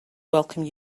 welcome